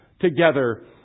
together